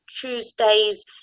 Tuesday's